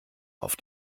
auf